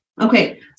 Okay